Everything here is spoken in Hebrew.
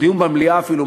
או לדיון במליאה אפילו,